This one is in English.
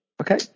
Okay